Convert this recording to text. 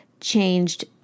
changed